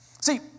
See